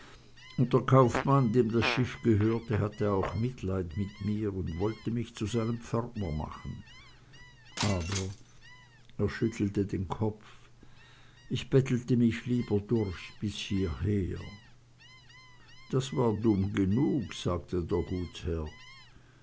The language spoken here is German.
und der kaufmann dem das schiff gehörte hatte auch mitleiden mit mir und wollte mich zu seinem pförtner machen aber er schüttelte den kopf ich bettelte mich lieber durch bis hieher das war dumm genug sagte der gutsherr